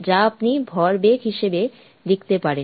যা আপনি ভর বেগ হিসাবে লিখতে পারেন